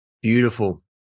Beautiful